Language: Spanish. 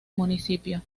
municipio